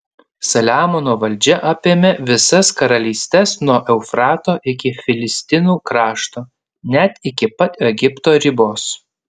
saliamono valdžia apėmė visas karalystes nuo eufrato iki filistinų krašto net iki pat egipto ribos